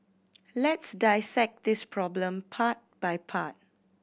let's dissect this problem part by part